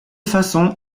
façon